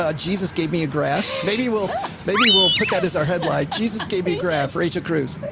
ah jesus gave me a graph. maybe we'll maybe we'll put that as our headline, jesus gave me graph rachel cruze.